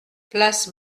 place